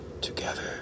Together